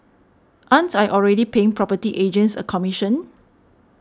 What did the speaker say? aren't I already paying property agents a commission